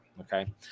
Okay